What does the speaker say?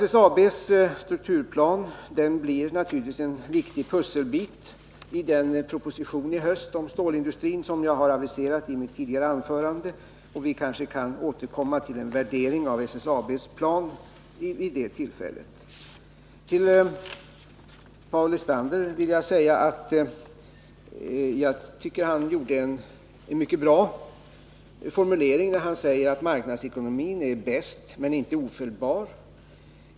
SSAB:s strukturplan blir naturligtvis en viktig pusselbit i den proposition om stålindustrin jag i mitt tidigare anförande aviserade till hösten. Vi kanske kan återkomma till en värdering av SSAB:s plan vid det tillfället. Jag tycker Paul Lestander kom med en mycket bra formulering när han sade att marknadsekonomin är bäst men inte ofelbar.